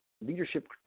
leadership